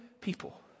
people